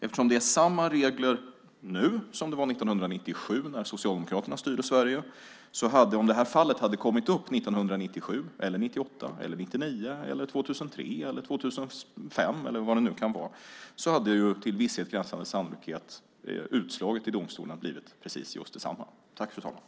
Eftersom det är samma regler nu som det var 1997, när Socialdemokraterna styrde Sverige, hade med till visshet gränsande sannolikhet utslaget i domstolen när det gäller det här fallet blivit precis just detsamma om det hade kommit upp 1997, 1998, 1999, 2003, 2005 eller vad det nu kan vara.